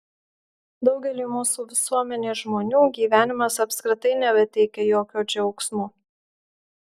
daugeliui mūsų visuomenės žmonių gyvenimas apskritai nebeteikia jokio džiaugsmo